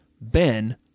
Ben